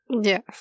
Yes